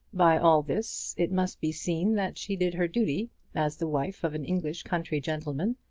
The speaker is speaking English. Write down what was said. by all this it must be seen that she did her duty as the wife of an english country gentleman,